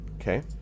okay